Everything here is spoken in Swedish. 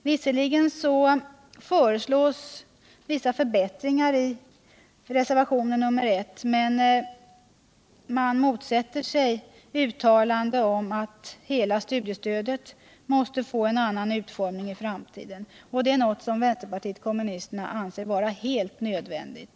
Visserligen förslås vissa förbättringar i reservationen 1, men reservanterna motsätter sig uttalanden om att hela studiestödet måste få en annan utformning i framtiden, och det är något som vänsterpartiet kommunisterna anser vara helt nödvändigt.